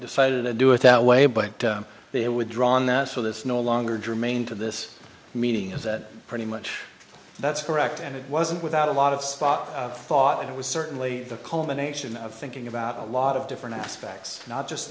decided to do it that way but they were drawn that so this no longer germane to this meeting is that pretty much that's correct and it wasn't without a lot of spot thought it was certainly the culmination of thinking about a lot of different aspects not just